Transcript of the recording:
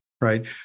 right